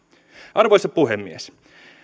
arvoisa puhemies